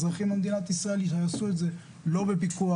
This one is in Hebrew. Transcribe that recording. אזרחים במדינת ישראל יעשו את זה לא בפיקוח,